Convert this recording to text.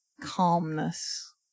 calmness